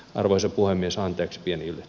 arvoisa puhemies anteeksi pieni ylitys